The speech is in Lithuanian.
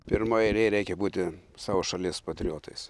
pirmoj eilėj reikia būti savo šalies patriotais